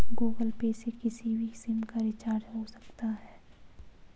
Google Pay से किसी भी सिम का रिचार्ज हो सकता है